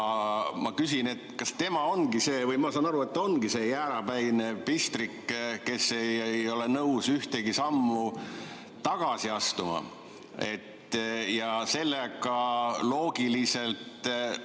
Ma küsin, kas tema ongi see. Mina saan aru, et tema ongi see jäärapäine pistrik, kes ei ole nõus ühtegi sammu tagasi astuma, seega loogiliselt